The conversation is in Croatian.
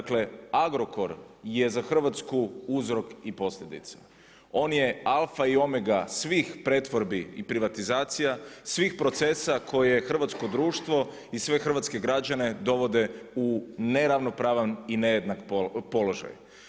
Dakle Agrokor je za Hrvatsku uzrok i posljedica, on je alfa i omega svih pretvorbi i privatizacija, svih procesa koje hrvatsko društvo i sve hrvatske građane dovode u neravnopravan i nejednak položaj.